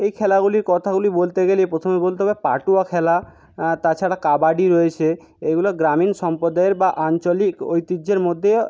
এই খেলাগুলির কথাগুলি বলতে গেলে প্রথমে বলতে হবে পাটুয়া খেলা তাছাড়া কাবাডি রয়েছে এগুলো গ্রামীণ সম্পদয়ের বা আঞ্চলিক ঐতিহ্যের মধ্যে